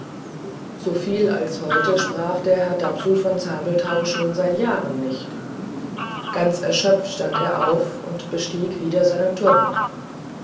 so viel als heute sprach der herr dapsul von zabelthau schon seit jahren nicht ganz erschöpft stand er auf und bestieg wieder seinen turm